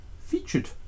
featured